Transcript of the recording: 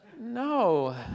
No